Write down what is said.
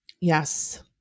Yes